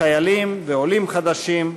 חיילים ועולים חדשים,